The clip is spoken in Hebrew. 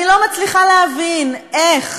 אני לא מצליחה להבין איך